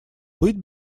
быть